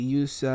use